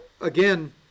again